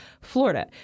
Florida